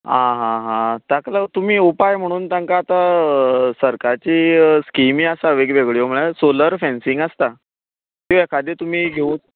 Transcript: आं हां हां ताका लागून तुमी उपाय म्हुणून तांका तो सरकाराची स्किमी आसा वेगळ्यो वेगळ्यो म्हणळ्यार सोलर फॅन्सींग आसता ती एकादी तुमी घेव